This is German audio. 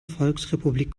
volksrepublik